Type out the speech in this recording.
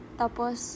tapos